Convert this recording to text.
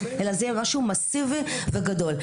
אלא זה יהיה משהו מסיבי וגדול.